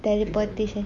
teleportation